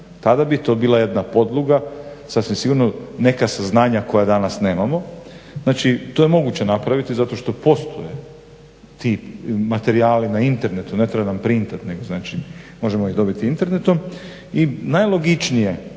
Tada bi to bila jedna podloga, sasvim sigurno neka saznanja koja danas nemamo. Znači to je moguće napraviti zašto što postoje ti materijali na internetu, ne trebamo printat nego možemo ih dobit internetom. I najlogičnije,